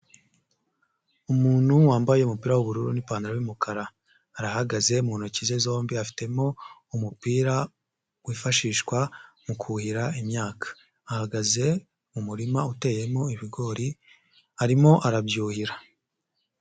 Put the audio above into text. Umuntu wambaye umupira w'ubururu n'ipantaro y'umukara, arahagaze mu ntoki ze zombi afitemo umupira wifashishwa mu kuhira imyaka, ahagaze mu murima uteyemo ibigori arimo arabyuhira.